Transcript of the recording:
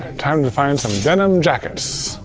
and time to find some denim jackets.